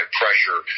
pressure